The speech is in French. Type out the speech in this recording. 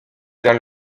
dans